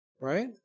right